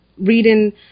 reading